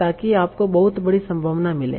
ताकि आपको बहुत बड़ी संभावनाएं मिलें